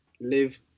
live